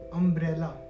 umbrella